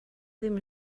ddim